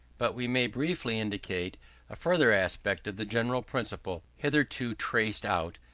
but we may briefly indicate a further aspect of the general principle hitherto traced out,